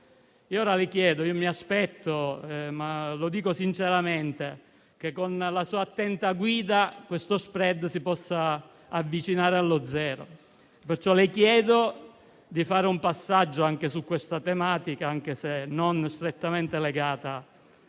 Io ora le chiedo e mi aspetto - lo dico sinceramente - che con la sua attenta guida questo *spread* si possa avvicinare allo zero. Perciò le chiedo di fare un passaggio anche su questa tematica, sebbene non strettamente legata